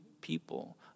people